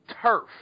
turf